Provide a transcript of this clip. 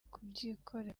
kubyikorera